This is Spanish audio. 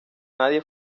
nadie